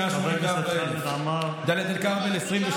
2022,